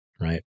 right